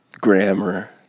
grammar